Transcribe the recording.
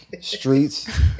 Streets